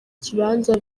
kibanza